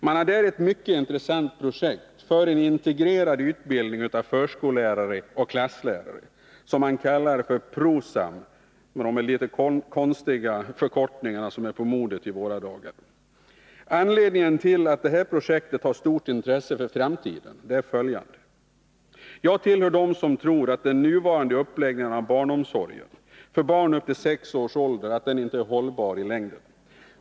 Man har där ett mycket intressant projekt för en integrerad utbildning av förskollärare och klasslärare, som man kallar PRO-SAM med en av de litet konstiga förkortningar som är på modet i våra dagar. Anledningen till att detta projekt har stort intresse för framtiden är följande. Jag tillhör dem som tror att den nuvarande uppläggningen av barnomsorgen för barn upp till sex års ålder inte är hållbar i längden.